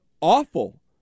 Awful